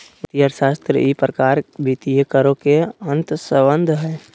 वित्तीय अर्थशास्त्र ई प्रकार वित्तीय करों के अंतर्संबंध हइ